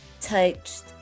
touched